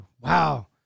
Wow